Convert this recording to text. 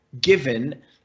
given